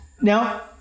Now